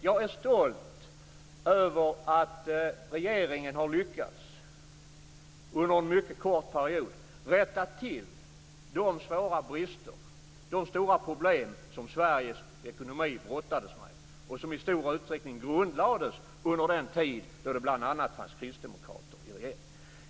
Jag är stolt över att regeringen har lyckats under en mycket kort period rätta till de svåra brister, de stora problem som Sveriges ekonomi brottades med, som i stor utsträckning grundlades under den tid då det bl.a. fanns kristdemokrater i regeringen.